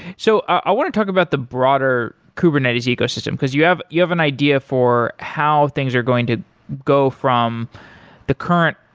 so i want to talk about the broader kubernetes ecosystem, because you have you have an idea for how things are going to go from the current